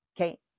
Okay